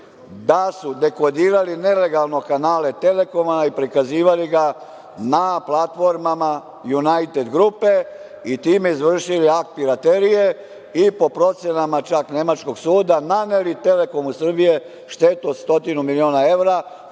da su dekodirali nelegalno kanale Telekoma i prikazivali ga na platformama „Junajted grupe“, i time izvršili akt piraterije i po procenama nemačkog suda naneli Telekomu Srbije štetu od stotinu miliona evra